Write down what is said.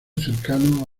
cercano